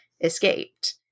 escaped